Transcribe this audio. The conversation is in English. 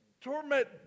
torment